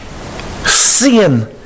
seeing